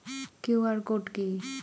QR code কি?